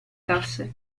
tasse